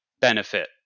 benefit